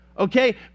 Okay